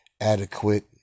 adequate